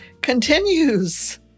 continues